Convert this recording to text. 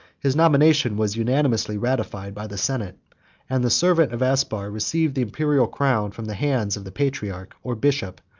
his nomination was unanimously ratified by the senate and the servant of aspar received the imperial crown from the hands of the patriarch or bishop,